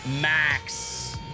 max